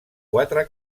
quatre